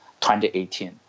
2018